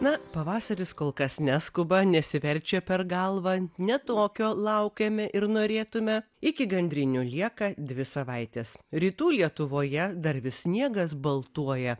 na pavasaris kol kas neskuba nesiverčia per galvą ne tokio laukiame ir norėtume iki gandrinių lieka dvi savaitės rytų lietuvoje dar vis sniegas baltuoja